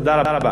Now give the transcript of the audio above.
תודה רבה.